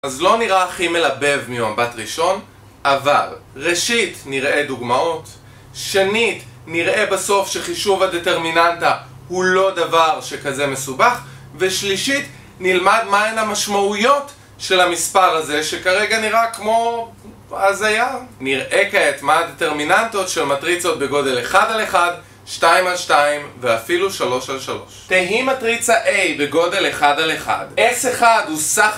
אז לא נראה הכי מלבב ממבט ראשון, אבל ראשית נראה דוגמאות, שנית נראה בסוף שחישוב הדטרמיננטה הוא לא דבר שכזה מסובך, ושלישית נלמד מהן המשמעויות של המספר הזה שכרגע נראה כמו הזיה. נראה כעת מה הדטרמיננטות של מטריצות בגודל 1 על 1, 2 על 2 ואפילו 3 על 3. תהי מטריצה A בגודל 1 על 1. S1 הוא סך.